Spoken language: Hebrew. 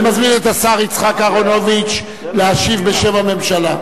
אני מזמין את השר יצחק אהרונוביץ להשיב בשם הממשלה.